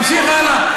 תמשיך הלאה.